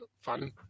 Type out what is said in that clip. fun